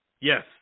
Yes